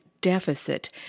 deficit